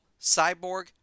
Cyborg